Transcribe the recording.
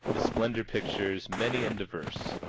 the splendor pictures, many and diverse.